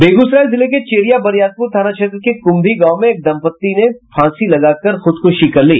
बेगूसराय जिले के चेरिया बरियारपुर थाना क्षेत्र के कुंभी गांव में एक दंपति ने फांसी लगाकर खुदकुशी कर ली